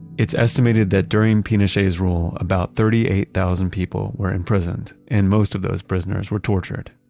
it's estimated that during pinochet's rule, about thirty eight thousand people were imprisoned and most of those prisoners were tortured.